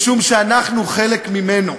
משום שאנחנו חלק ממנו,